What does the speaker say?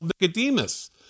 Nicodemus